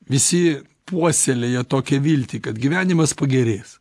visi puoselėja tokią viltį kad gyvenimas pagerės